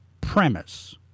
premise